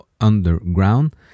underground